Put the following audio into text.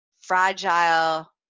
fragile